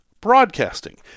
broadcasting